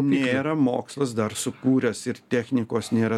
nėra mokslas dar sukūręs ir technikos nėra